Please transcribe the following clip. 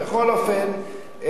בכל אופן,